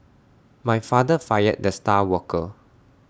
my father fired the star worker